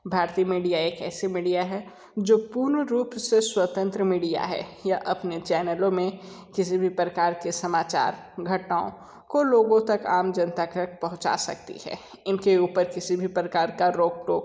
भारतीय मीडिया एक ऐसी मीडिया है जो पूर्ण रूप से स्वतंत्र मीडिया है यह अपने चैनलों में किसी भी प्रकार के समाचार घटनाओं को लोगों तक आम जनता तक पहुँचा सकती है इनके ऊपर किसी भी प्रकार का रोक टोक